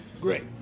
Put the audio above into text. Great